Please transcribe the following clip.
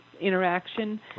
Interaction